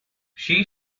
she